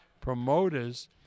promoters